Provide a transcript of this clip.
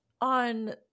on